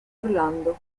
orlando